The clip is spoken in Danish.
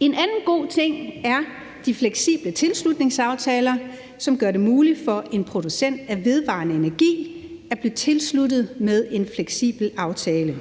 En anden god ting er de fleksible tilslutningsaftaler, som gør det muligt for en producent af vedvarende energi at blive tilsluttet med en fleksibel aftale,